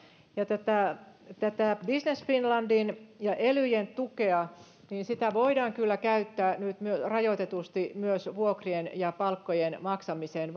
ja tätä tätä business finlandin ja elyjen tukea voidaan kyllä käyttää nyt rajoitetusti myös vuokrien ja palkkojen maksamiseen